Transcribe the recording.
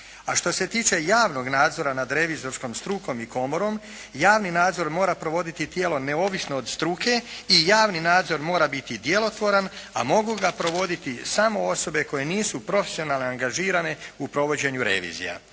A što se tiče javnog nadzora nad revizorskom strukom i komorom javni nadzor mora provoditi tijelo neovisno od struke i javni nadzor mora biti djelotvoran a mogu ga provoditi samo osobe koje nisu profesionalno angažirane u provođenju revizija.